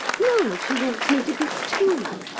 now she wants me to give two.